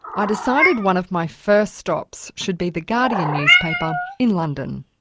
ah decided one of my first stops should be the guardian newspaper in london.